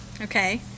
Okay